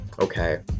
Okay